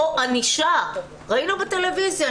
או ענישה ראינו בטלוויזיה,